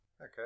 Okay